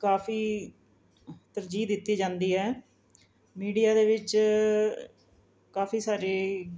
ਕਾਫੀ ਤਰਜੀਹ ਦਿੱਤੀ ਜਾਂਦੀ ਹੈ ਮੀਡੀਆ ਦੇ ਵਿੱਚ ਕਾਫੀ ਸਾਰੇ